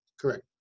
Correct